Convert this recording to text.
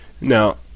Now